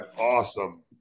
awesome